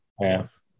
yes